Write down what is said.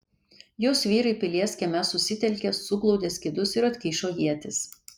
jos vyrai pilies kieme susitelkė suglaudė skydus ir atkišo ietis